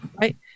right